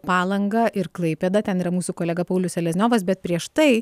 palanga ir klaipėda ten yra mūsų kolega paulius selezniovas bet prieš tai